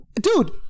Dude